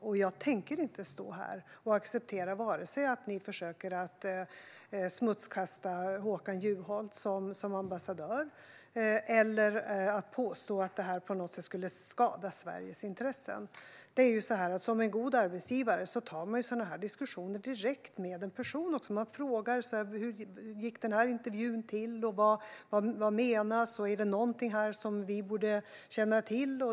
Och jag tänker inte stå här och acceptera vare sig att ni försöker smutskasta Håkan Juholt som ambassadör eller att ni påstår att det här på något sätt skulle skada Sveriges intressen. Som en god arbetsgivare tar man sådana här diskussioner direkt med personen och frågar: Hur gick intervjun till? Vad menas? Är det något här som vi borde känna till?